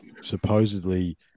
supposedly